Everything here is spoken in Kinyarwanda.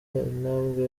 intambwe